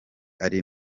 ari